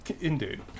indeed